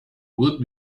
would